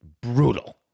Brutal